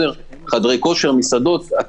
חדרי כושר, מסעדות וכולי.